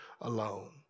alone